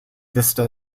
vista